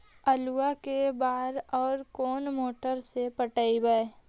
आलू के बार और कोन मोटर से पटइबै?